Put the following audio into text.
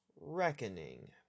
reckoning